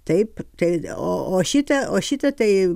taip tai o o šitie o šitie tai